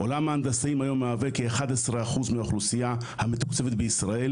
עולם ההנדסאים מהווה היום 11% מהאוכלוסייה המתוקצבת בישראל